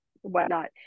whatnot